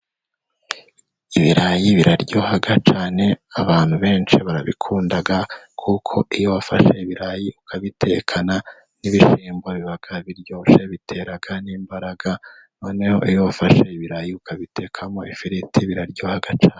Ibirayi biraryoha cyane, abantu benshi barabikunda, kuko iyo wafashe ibirayi ukabitekana n'ibishyimbo, biba biryoshye, bitera n'imbaraga. Noneho iyo wafashe ibirayi, ukabitekamo ifiriti biraryoha cyane.